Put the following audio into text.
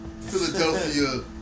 Philadelphia